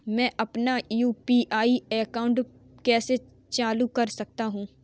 मैं अपना UPI account कैसे चालू कर सकता हूँ?